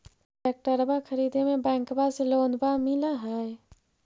ट्रैक्टरबा खरीदे मे बैंकबा से लोंबा मिल है?